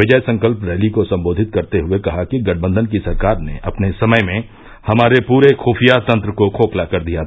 विजय Sankalp rally को सम्बोधित करते हुये कहा कि गठबंधन की सरकार ने अपने समय में हमारे पूरे खुफिया तंत्र को खोखला कर दिया था